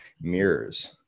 mirrors